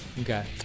Okay